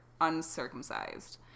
uncircumcised